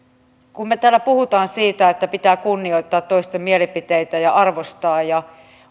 kun me täällä puhumme siitä että pitää kunnioittaa toisten mielipiteitä ja arvostaa ja